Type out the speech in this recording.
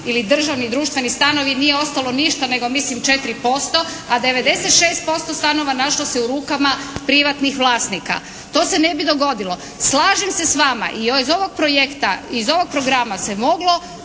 ili državni društveni stanovi nije ostalo ništa, nego mislim 4%, a 96% stanova našlo se u rukama privatnih vlasnika. To se ne bi dogodilo. Slažem se s vama i iz ovog projekta, iz ovog programa se moglo